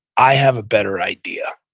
i have a better idea.